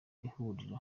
ihuriro